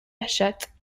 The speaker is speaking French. achète